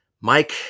Mike